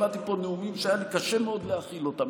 שמעתי פה נאומים שהיה לי קשה מאוד להכיל אותם,